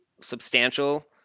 substantial